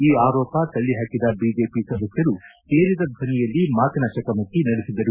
ಈ ಆರೋಪ ತಳ್ಳಿಹಾಕಿದ ಬಿಜೆಪಿ ಸದಸ್ಟರು ಏರಿದ ಧ್ವನಿಯಲ್ಲಿ ಮಾತಿನ ಚಕಮಕಿ ನಡೆಸಿದರು